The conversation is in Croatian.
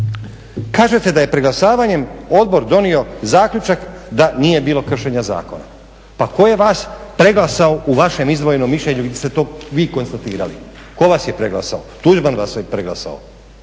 kažete da je preglasavanjem Odbor donio zaključak da nije bilo kršenja zakona. Pa tko je vas preglasao u vašem izdvojenom mišljenju ili ste to vi konstatirali. Tko vas je preglasao? Tuđman vas je preglasao.